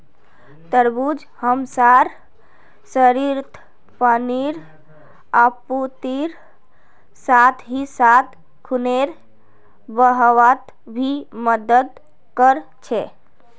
तरबूज हमसार शरीरत पानीर आपूर्तिर साथ ही साथ खूनेर बहावत भी मदद कर छे